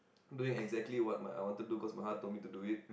doing exactly what my I want to do cause my heart told me to do it